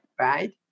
right